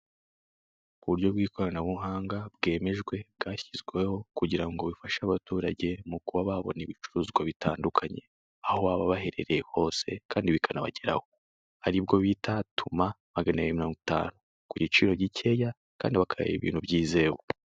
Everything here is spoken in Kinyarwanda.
Ku buryo bw'ikoranabuhanga bwemejwe bwashyizweho kugira ngo ufashe abaturage mu kuba babona ibicuruzwa bitandukanye, aho baba baherereye hose kandi bikanabageraho ari bwo bita Tuma Magana abiri na mirongo itanu ku giciro gikeya kandi bakareba ibintu byizewe.